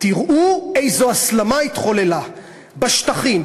תראו איזו הסלמה התחוללה בשטחים,